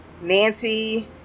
nancy